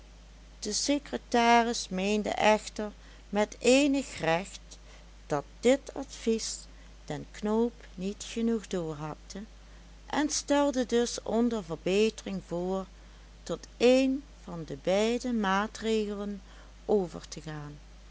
de secretaris meende echter met eenig recht dat dit advies den knoop niet genoeg doorhakte en stelde dus onder verbetering voor tot een van de beide maatregelen over te gaan